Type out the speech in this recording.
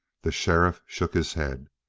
the sheriff shook his head.